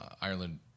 Ireland